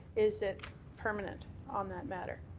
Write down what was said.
is it permanent on that matter?